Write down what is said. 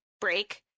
break